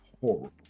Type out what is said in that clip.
horrible